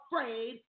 afraid